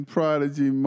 Prodigy